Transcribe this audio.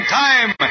time